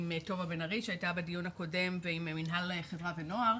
עם טובה בן ארי שהייתה בדיון הקודם ועם מינהל חברה ונוער,